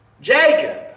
Jacob